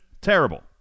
terrible